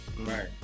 Right